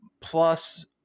plus